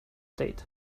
date